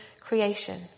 creation